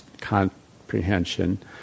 comprehension